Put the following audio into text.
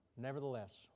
nevertheless